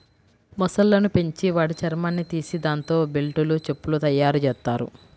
మొసళ్ళను పెంచి వాటి చర్మాన్ని తీసి దాంతో బెల్టులు, చెప్పులు తయ్యారుజెత్తారు